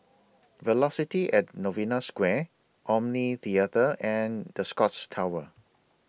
Velocity At Novena Square Omni Theatre and The Scotts Tower